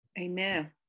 Amen